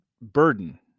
burden